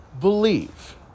believe